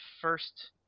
first